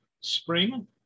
spring